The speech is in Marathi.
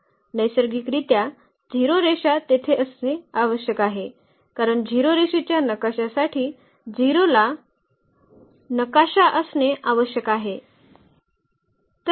नैसर्गिकरित्या 0 रेषा तेथे असणे आवश्यक आहे कारण 0 रेषेच्या नकाशासाठी 0 ला नकाशा असणे आवश्यक आहे